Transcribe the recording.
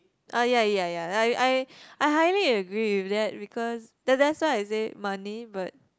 ah ya ya ya I I I highly agree with that because that that's why I say money but